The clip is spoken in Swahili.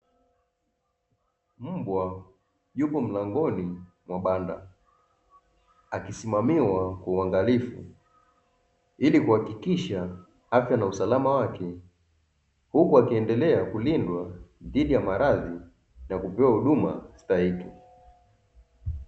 Mbwa yupo mlangoni mwa banda, akisimamiwa kwa ungalifu ili kuhakikisha afya na usalama wake, huku akiendelea kulindwa dhidi ya maradhi na kupewa huduma stahiki.